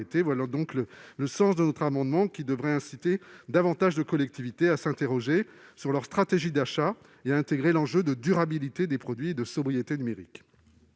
Tel est le sens de notre amendement, dont l'adoption devrait inciter davantage de collectivités à s'interroger sur leur stratégie d'achat et à intégrer l'enjeu de durabilité des produits et de sobriété numérique.